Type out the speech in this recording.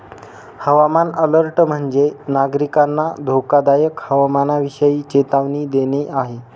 हवामान अलर्ट म्हणजे, नागरिकांना धोकादायक हवामानाविषयी चेतावणी देणे आहे